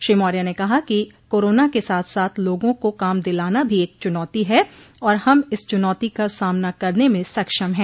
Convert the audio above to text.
श्री मौर्य ने कहा कि कोरोना के साथ साथ लोगों को काम दिलाना भी एक चुनौती है और हम इस चुनौती का सामना करने में सक्षम हैं